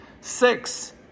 Six